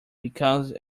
because